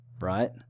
Right